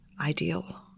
ideal